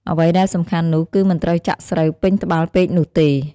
អ្វីដែលសំខាន់នោះគឺមិនត្រូវចាក់ស្រូវពេញត្បាល់ពេកនោះទេ។